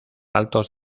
altos